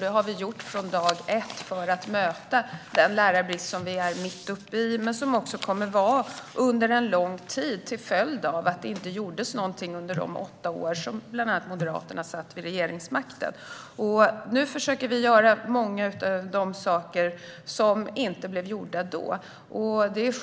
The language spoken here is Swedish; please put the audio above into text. det har vi gjort från dag ett - för att möta den lärarbrist som vi är mitt uppe i. Den kommer att fortsätta att finnas under en lång tid till följd av att det inte gjordes någonting under de åtta år som bland annat Moderaterna satt vid regeringsmakten. Nu försöker vi göra många av de saker som inte blev gjorda då.